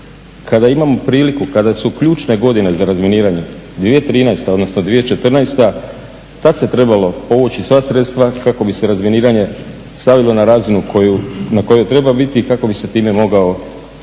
kada imamo priliku kada su ključne godine za razminiranje. 2013. odnosno 2014. tad se trebalo povući sva sredstva kako bi se razminiranje stavilo na razinu na kojoj treba biti i kako bi se time mogao opravdati,